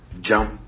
jump